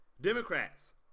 Democrats